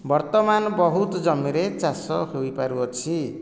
ବର୍ତ୍ତମାନ ବହୁତ ଜମିରେ ଚାଷ ହୋଇପାରୁଅଛି